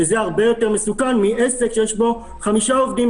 שזה הרבה יותר מסוכן מעסק שיש בו חמישה עובדים,